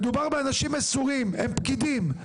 מדובר באנשים מסורים, הם פקידים.